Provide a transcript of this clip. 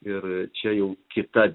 ir čia jau kita